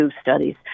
studies